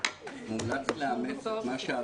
הישיבה ננעלה בשעה 12:00.